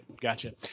gotcha